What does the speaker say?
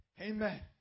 Amen